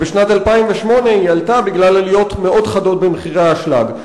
ובשנת 2008 היא עלתה בגלל עליות מאוד חדות במחירי האשלג.